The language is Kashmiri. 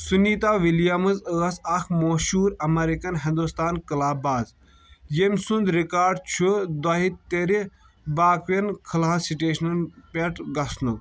سنیتا ولیمز ٲس اکھ مہشوٗر امریکن ہندوستان کلہٕ باز یم سُند رکاڑ چھُ دوہہِ تیرِ باقی ین خلہ سٹیشنن پیٹھ گژھنُک